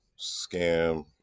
Scam